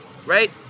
Right